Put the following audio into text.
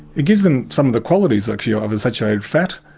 it gives them some of the qualities actually of a saturated fat.